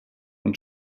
und